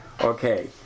Okay